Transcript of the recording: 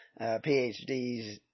PhDs